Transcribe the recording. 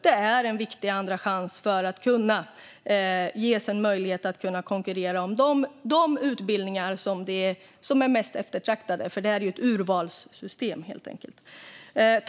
Det är en viktig andra chans för att ges en möjlighet att konkurrera om de utbildningar som är mest eftertraktade; det är ett urvalssystem, helt enkelt.